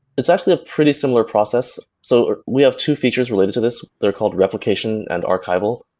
it's actually a pretty similar process. so we have two features related to this, they're called replication and archival.